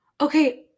okay